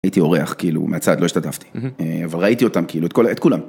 הייתי אורח, כאילו, מהצד. לא השתתפתחי. אבל ראיתי אותם, כאילו את כולם.